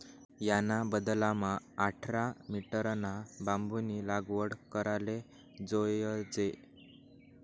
याना बदलामा आठरा मीटरना बांबूनी लागवड कराले जोयजे